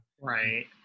Right